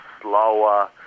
slower